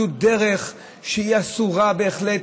זו דרך שהיא אסורה בהחלט,